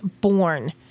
born